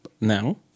now